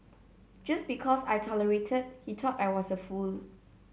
just because I tolerated he thought I was a fool